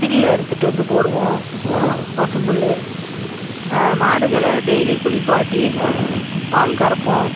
புல்லு அறுத்துகிட்டு வந்து போடுவோம் பசும்புல் மாடுகளை டெய்லி குளிப்பாட்டி பால் கறப்போம்